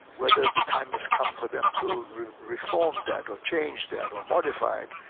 whether the time has come for them to reform that, or change that, or modify it,